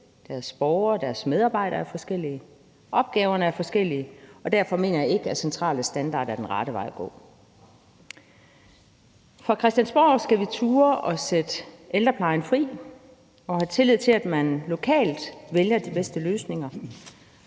deres borgere og deres medarbejdere er forskellige, opgaverne er forskellige, og derfor mener jeg ikke, at centrale standarder er den rette vej at gå. På Christiansborg skal vi turde at sætte ældreplejen fri og have tillid til, at man lokalt vælger de bedste løsninger,